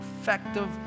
effective